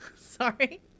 Sorry